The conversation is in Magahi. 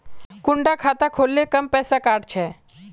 कुंडा खाता खोल ले कम पैसा काट छे?